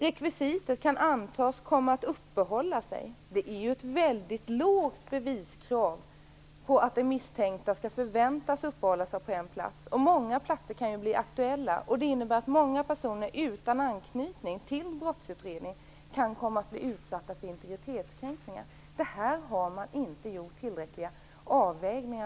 Rekvisitet "kan antas komma att uppehålla sig" innebär ett mycket lågt beviskrav på att den misstänkte skall förväntas uppehålla sig på en plats. Många platser kan bli aktuella. Det innebär att många personer utan anknytning till brottsutredningen kan komma att bli utsatta för integritetskränkningar. Här har man inte gjort tillräckliga avvägningar.